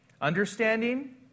understanding